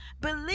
believe